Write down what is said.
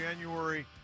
january